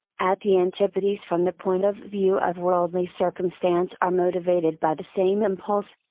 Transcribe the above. at the antipodes from the point of view of worldly circumstance are motivated by the same impulse.